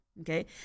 Okay